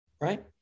right